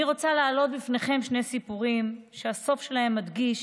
אני רוצה להעלות בפניכם שני סיפורים שהסוף שלהם מדגיש